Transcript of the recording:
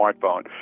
smartphone